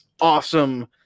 awesome